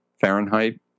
Fahrenheit